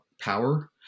power